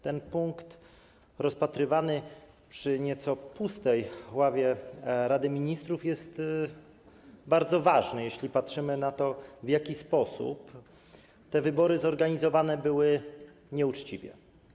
Ten punkt, rozpatrywany przy nieco pustej ławie Rady Ministrów, jest bardzo ważny, jeśli patrzymy na to, w jaki sposób te wybory były zorganizowane, jak nieuczciwie.